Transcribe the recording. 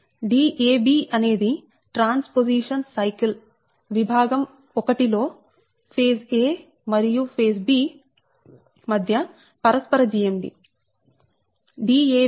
Dab అనేది transposition cycle విభాగం 1 లో ఫేజ్ a మరియు b మధ్య పరస్పరGMD